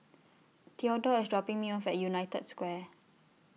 Theodore IS dropping Me off At United Square